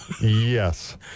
Yes